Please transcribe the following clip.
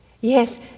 Yes